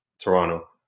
Toronto